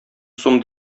сум